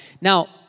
Now